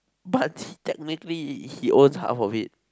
but he technically he owns half of it